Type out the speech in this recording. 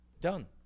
Done